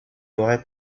aurait